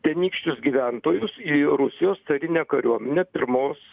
tenykščius gyventojus į rusijos carinę kariuominę pirmos